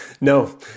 No